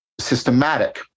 systematic